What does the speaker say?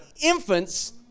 infants